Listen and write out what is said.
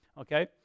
Okay